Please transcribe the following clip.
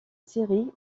série